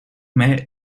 mij